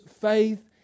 faith